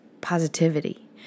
positivity